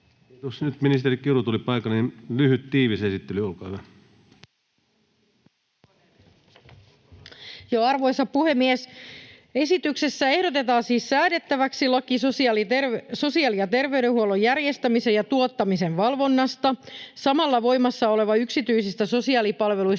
Arvoisa puhemies! Esityksessä ehdotetaan siis säädettäväksi laki sosiaali- ja terveydenhuollon järjestämisen ja tuottamisen valvonnasta. Samalla voimassa oleva yksityisistä sosiaalipalveluista